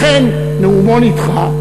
לכן נאומו נדחה,